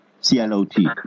C-L-O-T